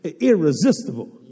irresistible